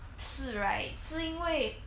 事 right 是因为